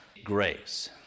Grace